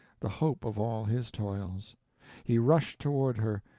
the hope of all his toils he rushed toward her,